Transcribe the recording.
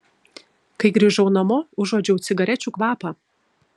kai grįžau namo užuodžiau cigarečių kvapą